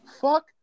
Fuck